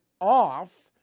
off